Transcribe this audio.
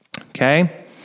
okay